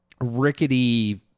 rickety